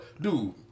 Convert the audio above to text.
Dude